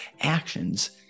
actions